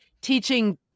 teaching